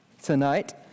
tonight